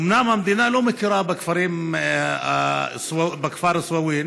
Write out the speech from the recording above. אומנם המדינה לא מכירה בכפר סוואווין,